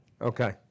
Okay